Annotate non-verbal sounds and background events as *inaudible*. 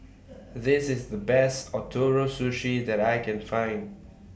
*noise* This IS The Best Ootoro Sushi that I Can Find